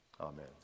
amen